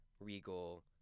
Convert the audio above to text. Regal